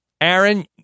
Aaron